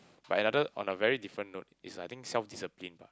but another on a very different note is I think self discipline bah